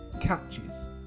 catches